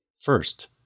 First